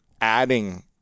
adding